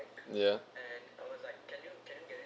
ya